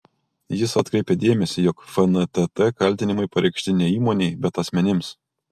jis atkreipia dėmesį jog fntt kaltinimai pareikšti ne įmonei bet asmenims